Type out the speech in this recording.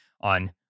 on